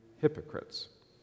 hypocrites